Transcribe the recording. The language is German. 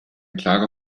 klare